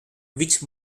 which